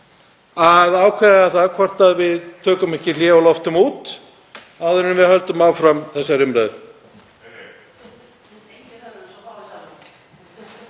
að ákveða hvort við tökum ekki hlé og loftum út áður en við höldum áfram þessari umræðu.